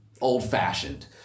old-fashioned